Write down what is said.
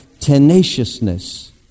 tenaciousness